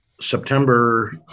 September